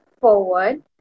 forward